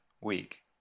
week